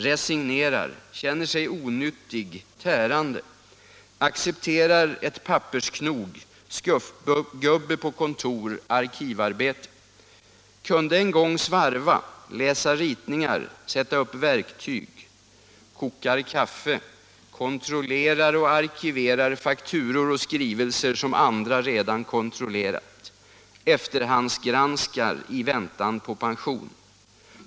Resignerar, känner sig onyttig, tärande. Kunde en gång svarva, läsa ritningar, sätta upp verktyg. Kokar kaffe, som andra redan kontrollerat. Efterhandsgranskar, i väntan på pension.